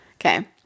Okay